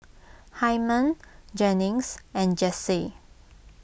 Hyman Jennings and Jessee